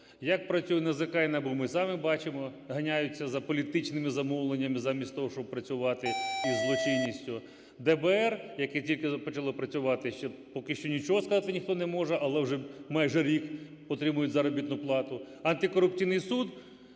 Як працює НАЗК і НАБУ, ми самі бачимо – ганяються за політичними замовленнями замість того, щоб працювати із злочинністю. ДБР, яке тільки почало працювати, поки що нічого сказати ніхто не може, але вже майже рік отримують заробітну плату. Антикорупційний суд,